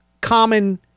common